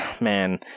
man